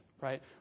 right